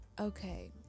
okay